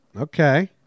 Okay